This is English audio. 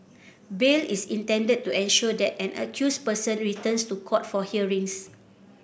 bail is intended to ensure that an accused person returns to court for hearings